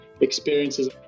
experiences